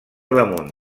damunt